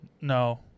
No